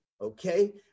okay